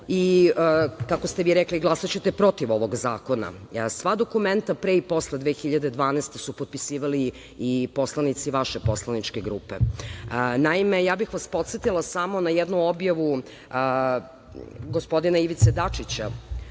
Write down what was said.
i, kako ste vi rekli, glasaćete protiv ovog zakona. Sva dokumenta pre i posle 2012. godine su potpisivali i poslanici vaše poslaničke grupe. Naime, ja bih vas podsetila samo na jednu objavu gospodina Ivice Dačića